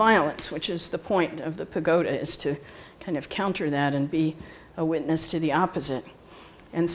violence which is the point of the go to is to kind of counter that and be a witness to the opposite and